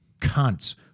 cunts